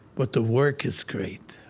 but the work is great.